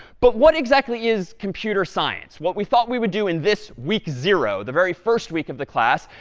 but what exactly is computer science? what we thought we would do in this week zero, the very first week of the class,